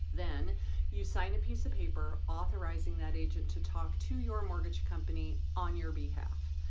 then you sign a piece of paper authorizing that agent to talk to your mortgage company on your behalf.